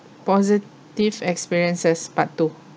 positive experiences part two